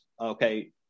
okay